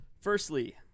Firstly